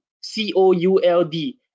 C-O-U-L-D